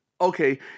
okay